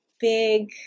big